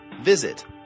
Visit